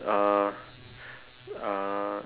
uh uh